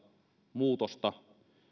muutosta